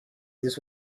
this